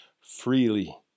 freely